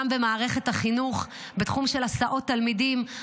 גם במערכת החינוך בתחום של הסעות תלמידים.